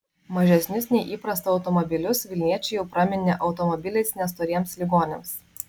mažesnius nei įprasta automobilius vilniečiai jau praminė automobiliais nestoriems ligoniams